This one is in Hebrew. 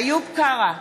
איוב קרא,